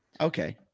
okay